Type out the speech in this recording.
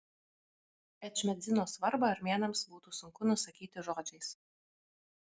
ečmiadzino svarbą armėnams būtų sunku nusakyti žodžiais